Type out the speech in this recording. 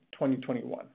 2021